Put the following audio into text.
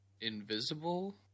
invisible